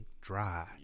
dry